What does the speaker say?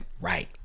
Right